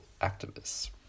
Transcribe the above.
activists